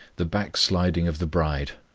the backsliding of the bride,